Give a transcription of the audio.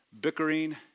bickering